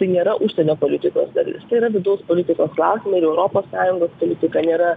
tai nėra užsienio politikos dalis tai yra vidaus politikos klausimai ir europos sąjungos politika nėra